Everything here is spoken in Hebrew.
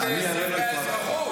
אני הרי לא הפרעתי לך.